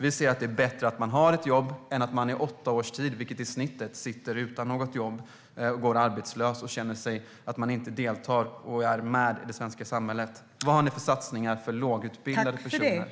Vi ser att det är bättre att man har ett jobb än att man i åtta års tid - vilket är snittet - sitter utan något jobb, går arbetslös och känner att man inte deltar och är med i det svenska samhället. Vad har ni för satsningar för lågutbildade personer?